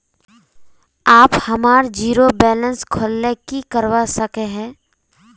आप हमार zero balance खोल ले की करवा सके है?